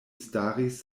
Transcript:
staris